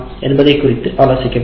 என்பதை குறித்து ஆலோசிக்க வேண்டும்